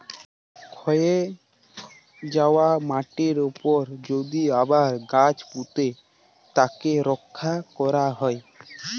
ক্ষয় যায়া মাটির উপরে যদি আবার গাছ পুঁতে তাকে রক্ষা ক্যরা হ্যয়